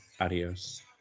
Adios